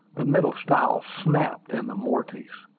the middle stile snapped in the mortise,